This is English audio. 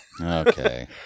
Okay